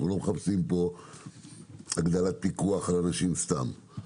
אנחנו לא מחפשים הגדלת פיקוח על אנשים סתם.